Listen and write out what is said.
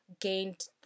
gained